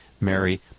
Mary